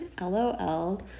LOL